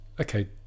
Okay